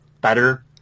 better